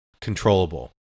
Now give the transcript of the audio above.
controllable